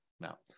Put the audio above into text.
now